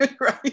Right